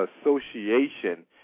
association